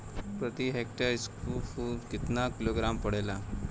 प्रति हेक्टेयर स्फूर केतना किलोग्राम पड़ेला?